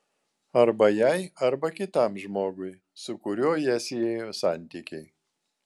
arba jai arba kitam žmogui su kuriuo ją siejo santykiai